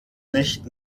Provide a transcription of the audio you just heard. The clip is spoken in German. nicht